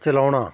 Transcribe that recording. ਚਲਾਉਣਾ